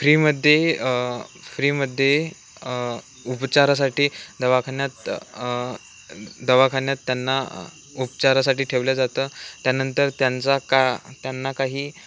फ्रीमध्ये फ्रीमध्ये उपचारासाठी दवाखान्यात दवाखान्यात त्यांना उपचारासाठी ठेवलं जातं त्यानंतर त्यांचा का त्यांना काही